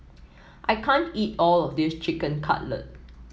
I can't eat all of this Chicken Cutlet